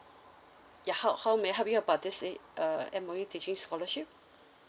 ya how how may I help you about this i~ uh M_O_E teaching scholarship